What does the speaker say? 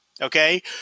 Okay